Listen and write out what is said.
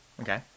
Okay